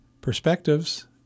Perspectives